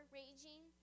raging